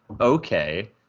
okay